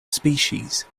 species